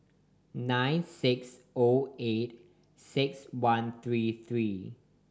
nine six O eight six one three three